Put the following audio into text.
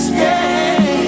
Stay